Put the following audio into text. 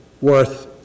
worth